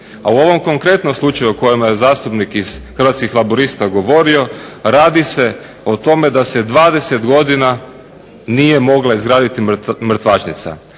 A u ovom konkretnom slučaju o kojemu je zastupnik iz Hrvatskih laburista govorio radi se o tome da se 20 godina nije mogla izgraditi mrtvačnica.